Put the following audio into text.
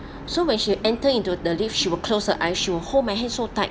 so when she enter into the lift she were close her eyes she was hold my hand so tight